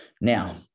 Now